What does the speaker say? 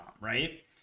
right